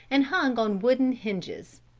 and hung on wooden hinges.